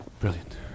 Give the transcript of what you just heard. Brilliant